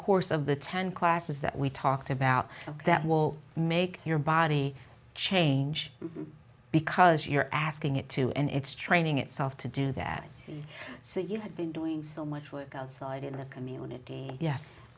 course of the ten classes that we talked about that will make your body change because you're asking it to and it's training itself to do that so you have been doing so much work outside in the community yes